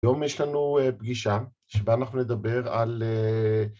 היום יש לנו פגישה שבה אנחנו נדבר על..